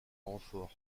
renfort